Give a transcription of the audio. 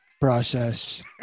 process